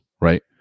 right